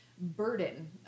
burden